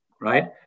right